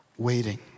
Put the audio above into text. waiting